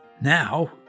now